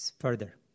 Further